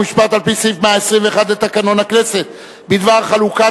חוק ומשפט על-פי סעיף 121 לתקנון הכנסת בדבר חלוקת